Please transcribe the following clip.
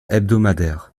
hebdomadaire